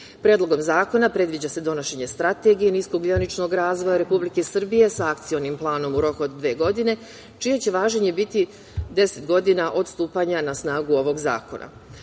EU.Predlogom zakona predviđa se donošenje strategije nisko-ugljeničnog Republike Srbije sa akcionim planom u roku od dve godine, čije će važenje biti 10 godina od stupanja na snagu ovog zakona. Zakon